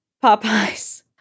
Popeye's